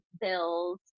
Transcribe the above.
bills